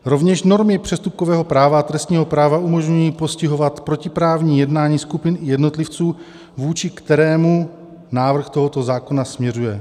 Rovněž normy přestupkového práva a trestního práva umožňují postihovat protiprávní jednání skupin i jednotlivců, vůči kterému návrh tohoto zákona směřuje.